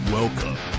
Welcome